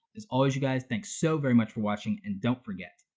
as always, you guys, thanks so very much for watching, and don't forget,